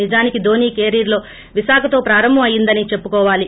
నిజానికి ధోనీ కెరీర్ విశాఖతో ప్రారంభం అయ్యందని చెప్పుకోవాలి